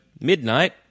Midnight